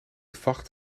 vacht